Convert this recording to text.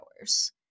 hours